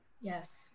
Yes